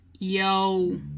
yo